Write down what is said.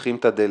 דוחפים את הדלת,